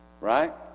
right